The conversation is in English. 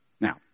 Now